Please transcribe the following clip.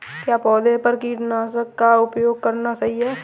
क्या पौधों पर कीटनाशक का उपयोग करना सही है?